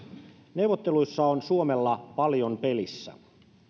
neuvotteluissa on suomella paljon pelissä